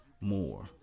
More